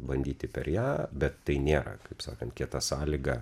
bandyti per ją bet tai nėra kaip sakant kieta sąlyga